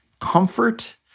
comfort